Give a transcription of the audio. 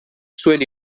zuen